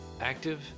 active